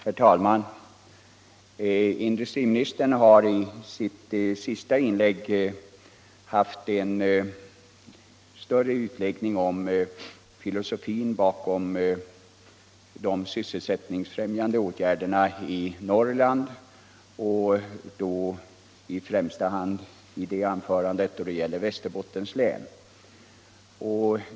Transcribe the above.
Herr talman! Industriministern gjorde i sitt senaste inlägg en större utläggning om filosofin bakom de sysselsättningsfrämjande åtgärderna i Norrland och då i första hand, i det anförandet, när det gäller Västerbottens län.